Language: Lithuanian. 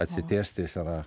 atsitiesti jis yra